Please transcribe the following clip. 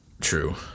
true